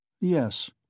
Yes